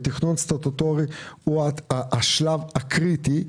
תכנון סטטוטורי הוא השלב הקריטי,